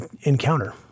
encounter